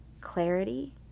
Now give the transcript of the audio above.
clarity